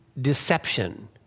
deception